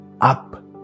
up